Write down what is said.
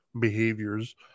behaviors